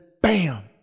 bam